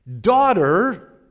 Daughter